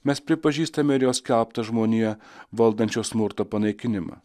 mes pripažįstame ir jos keptą žmoniją valdančio smurto panaikinimą